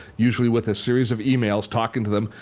usually with a series of emails talking to them,